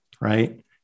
right